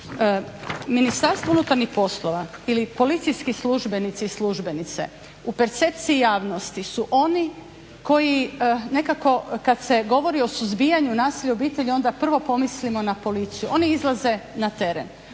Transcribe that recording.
Ministarstvo unutarnjih poslova ili policijski službenici i službenice u percepciji javnosti su oni koji nekako kad se govori o suzbijanju nasilja u obitelji onda prvo pomislimo na policiju. Oni izlaze na teren,